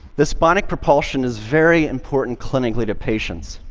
this bionic propulsion is very important clinically to patients.